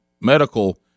medical